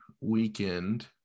weekend –